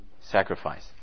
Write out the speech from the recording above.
sacrifice